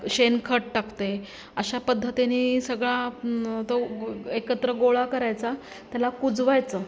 शेणखत टाकते अशा पद्धतीने सगळा तो एकत्र गोळा करायचा त्याला कुजवायचा